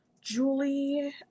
Julie